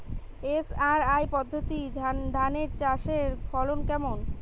SRI পদ্ধতি ধান চাষের ফলন কেমন?